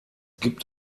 gibt